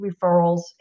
referrals